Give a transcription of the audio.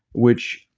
which,